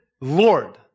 Lord